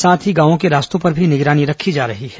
साथ ही गांव के रास्तों पर भी निगरानी रखी जा रही है